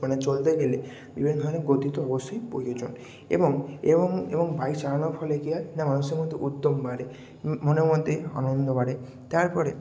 মানে চলতে গেলে বিভিন্ন ধরনের গতি তো অবশ্যই প্রয়োজন এবং এবং এবং বাইক চালানোর ফলে কী হয় না মানুষের মধ্যে উদ্যম বাড়ে মোটামুটি আনন্দ বাড়ে তারপরে